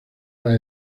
las